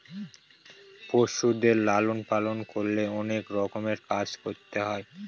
পশুদের লালন পালন করলে অনেক রকমের কাজ করতে হয়